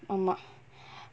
ஆமா:aamaa